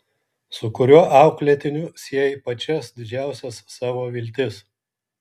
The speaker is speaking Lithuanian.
su kuriuo auklėtiniu sieji pačias didžiausias savo viltis